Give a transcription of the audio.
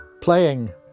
playing